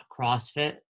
CrossFit